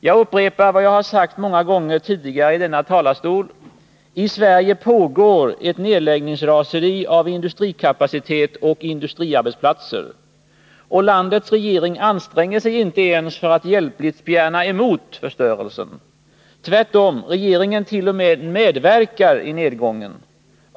Jag upprepar vad jag sagt många gånger tidigare i denna talarstol: I Sverige förekommer ett nedläggningsraseri som drabbar industrikapacitet och industriarbetsplatser. Och landets regering anstränger sig inte ens för att hjälpligt spjärna emot förstörelsen. Tvärtom, regeringen t.o.m. medverkar i nedgången.